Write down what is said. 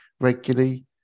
regularly